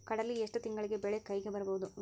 ಕಡಲಿ ಎಷ್ಟು ತಿಂಗಳಿಗೆ ಬೆಳೆ ಕೈಗೆ ಬರಬಹುದು?